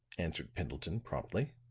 answered pendleton, promptly.